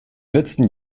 letzten